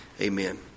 Amen